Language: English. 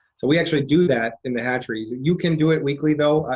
so we actually do that in the hatchery. you can do it weekly, though,